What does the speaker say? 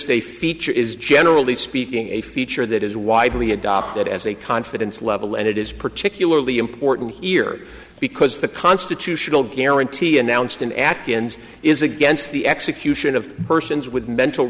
a feature is generally speaking a feature that is widely adopted as a confidence level and it is particularly important here because the constitutional guarantee announced in act ins is against the execution of persons with mental